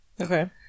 Okay